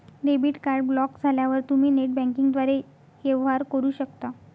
debit card block झाल्यावर तुम्ही net बँकिंगद्वारे वेवहार करू शकता